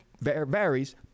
varies